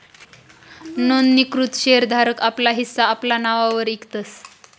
नोंदणीकृत शेर धारक आपला हिस्सा आपला नाववर इकतस